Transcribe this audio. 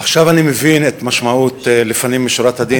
עכשיו אני מבין את משמעות "לפנים משורת הדין".